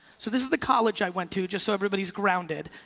so this is the college i went to just so everybody's grounded,